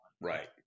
Right